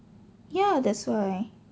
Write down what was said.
ya that's why